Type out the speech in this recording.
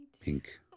pink